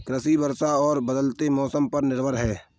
कृषि वर्षा और बदलते मौसम पर निर्भर है